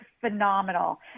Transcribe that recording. phenomenal